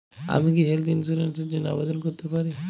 আমি কি health insurance র জন্য আবেদন করতে পারি?